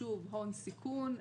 הון-סיכון,